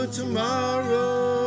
tomorrow